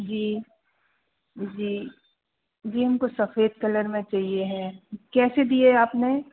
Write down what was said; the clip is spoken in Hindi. जी जी हमको सफेद कलर चाहिए है कैसे दिए आपने